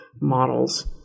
models